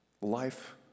Life